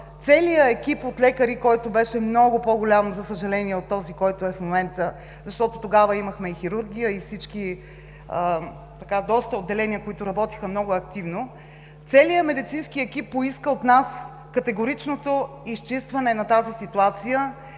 целият екип от лекари, който беше много по голям, за съжаление, от този, който е в момента, защото тогава имахме и хирургия, и доста отделения, които работеха много активно. Целият медицински екип поиска от нас категоричното изчистване на тази ситуация